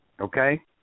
Okay